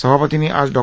सभापतींनी आज डॉ